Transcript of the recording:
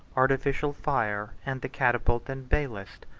artificial fire, and the catapult and balist,